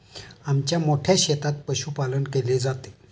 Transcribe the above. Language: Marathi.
आमच्या मोठ्या शेतात पशुपालन केले जाते